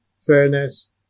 fairness